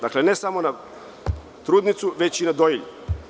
Dakle, ne samo na trudnicu, već i na dojilju.